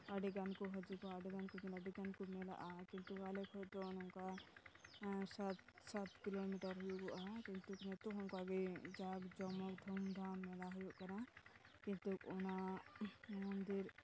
ᱟᱹᱰᱤ ᱜᱟᱱ ᱠᱚ ᱦᱤᱡᱩᱜᱼᱟ ᱟᱹᱰᱤ ᱜᱟᱱ ᱠᱚ ᱡᱮᱢᱚᱱ ᱟᱹᱰᱤᱜᱟᱱ ᱠᱚ ᱢᱮᱞᱟᱜᱼᱟ ᱠᱤᱱᱛᱩ ᱟᱞᱮ ᱠᱷᱚᱡ ᱫᱚ ᱱᱚᱝᱠᱟ ᱥᱟᱛ ᱥᱟᱛ ᱠᱤᱞᱳᱢᱤᱴᱟᱨ ᱦᱩᱭᱩᱜᱚᱜᱼᱟ ᱠᱤᱱᱛᱩ ᱱᱤᱛᱚᱜ ᱦᱚᱸ ᱡᱟ ᱡᱚᱢᱚᱠ ᱫᱷᱩᱢᱫᱷᱟᱢ ᱢᱮᱞᱟ ᱦᱩᱭᱩᱜ ᱠᱟᱱᱟ ᱠᱤᱱᱛᱩ ᱚᱱᱟ ᱢᱚᱱᱫᱤᱨ